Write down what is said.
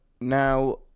Now